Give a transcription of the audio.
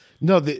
No